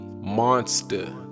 monster